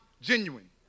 genuine